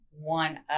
one